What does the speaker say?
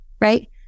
Right